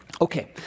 Okay